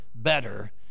better